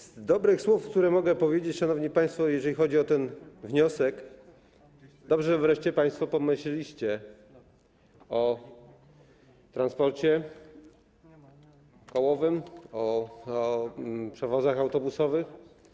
Z dobrych słów, które mogę powiedzieć, szanowni państwo, jeżeli chodzi o ten wniosek - dobrze, że wreszcie państwo pomyśleliście o transporcie kołowym, o przewozach autobusowych.